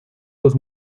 los